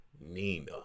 Nina